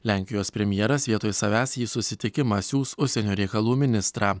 lenkijos premjeras vietoj savęs į susitikimą siųs užsienio reikalų ministrą